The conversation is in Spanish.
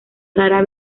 rara